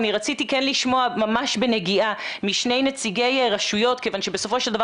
אני רציתי לשמוע ממש בנגיעה משני נציגי רשויות כיוון שבסופו של דבר